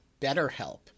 BetterHelp